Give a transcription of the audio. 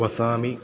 वसामि